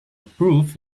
proof